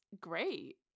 great